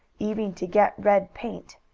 even to get red paint.